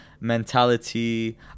mentality